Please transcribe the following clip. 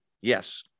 Yes